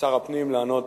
שר הפנים לענות